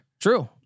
True